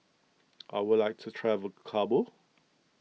I would like to travel to Kabul